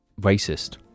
racist